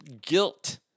Guilt